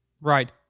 Right